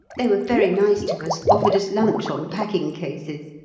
they were very nice to us, offered us lunch on packing-cases,